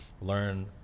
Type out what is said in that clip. learn